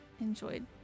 enjoyed